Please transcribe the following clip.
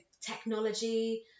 technology